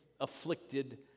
afflicted